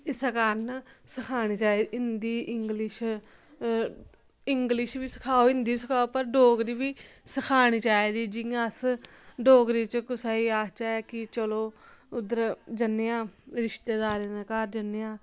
इस्सै कारण सखानी चाहिदी हिंदी इंग्लिश इंग्लिश बी सखाओ हिंदी बी सखाओ पर डोगरी बी सखानी चाहिदी जियां अस डोगरी च कुसै गी आखचै कि चलो उद्धर जन्ने आं रिश्तेदारें दे घर जन्ने आं